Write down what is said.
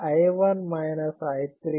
Vx